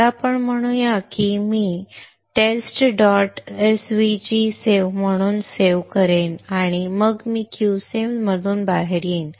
आता आपण म्हणूया की मी test dot svg save म्हणून सेव्ह करेन आणि मग मी qsim मधून बाहेर येईन